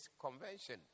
convention